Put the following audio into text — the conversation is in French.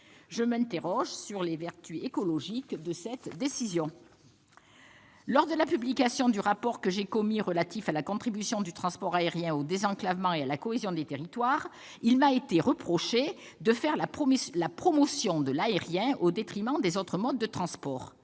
Je m'interroge sur les vertus écologiques de cette décision. Lors de la publication du rapport que j'ai commis, relatif à la contribution du transport aérien au désenclavement et à la cohésion des territoires, il m'a été reproché de faire la promotion de l'aérien au détriment des autres modes de transport.